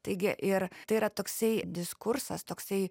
taigi ir tai yra toksai diskursas toksai